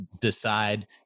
decide